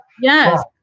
Yes